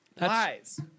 Lies